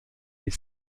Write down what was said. des